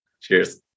Cheers